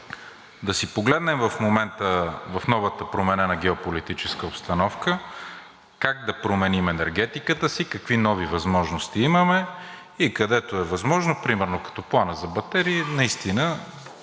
да си погледнем в момента в новата променена геополитическа обстановка как да променим енергетиката си, какви нови възможности имаме и където е възможно, примерно като плана за батерии, наистина